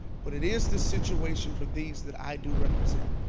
but it is the situation for these that i do represent.